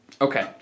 Okay